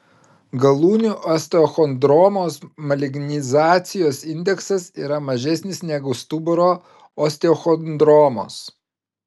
galūnių osteochondromos malignizacijos indeksas yra mažesnis negu stuburo osteochondromos